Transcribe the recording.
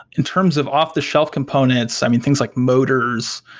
in terms of off-the-shelf components, i mean things like motors,